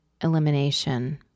elimination